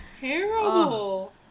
Terrible